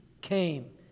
came